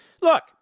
Look